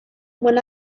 when